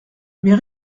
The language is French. mais